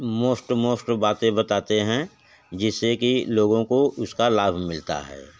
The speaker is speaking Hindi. मोस्ट मोस्ट बातें बताते हैं जिससे कि लोगों को उसका लाभ मिलता है